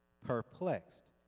perplexed